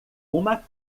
uma